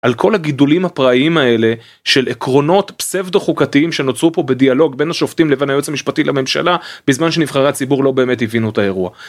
על כל הגידולים הפראיים האלה של עקרונות פסבדו חוקתיים שנוצרו פה בדיאלוג בין השופטים לבין היועץ המשפטי לממשלה בזמן שנבחרי הציבור לא באמת הבינו את האירוע.